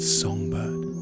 songbird